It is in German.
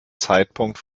zeitpunkt